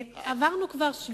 עברנו כבר שביתה,